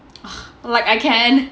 like I can